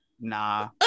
Nah